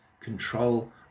control